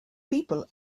people